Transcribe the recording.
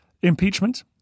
impeachment